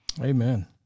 Amen